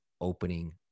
opening